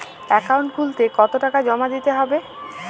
Account খুলতে কতো টাকা জমা দিতে হবে?